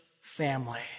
family